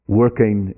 working